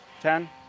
ten